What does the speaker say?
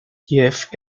jeff